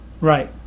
right